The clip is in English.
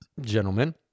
gentlemen